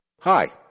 Hi